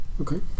Okay